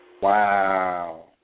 Wow